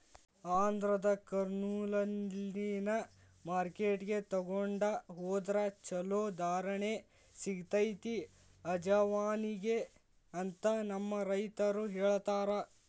ಆಂಧ್ರದ ಕರ್ನೂಲ್ನಲ್ಲಿನ ಮಾರ್ಕೆಟ್ಗೆ ತೊಗೊಂಡ ಹೊದ್ರ ಚಲೋ ಧಾರಣೆ ಸಿಗತೈತಿ ಅಜವಾನಿಗೆ ಅಂತ ನಮ್ಮ ರೈತರು ಹೇಳತಾರ